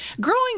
growing